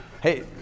hey